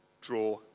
draw